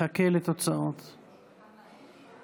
סמי אבו שחאדה,